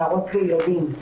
נערות וילדים.